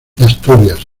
asturias